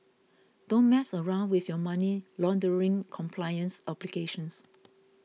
don't mess around with your money laundering compliance obligations